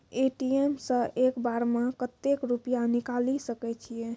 ATM सऽ एक बार म कत्तेक रुपिया निकालि सकै छियै?